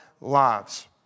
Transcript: lives